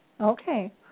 Okay